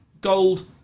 gold